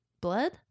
Blood